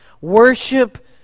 Worship